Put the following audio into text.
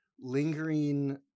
lingering